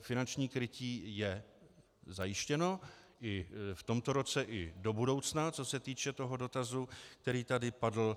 Finanční krytí je zajištěno v tomto roce i do budoucna, co se týče toho dotazu, který tady padl.